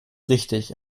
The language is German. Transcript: richtig